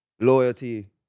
Loyalty